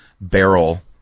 barrel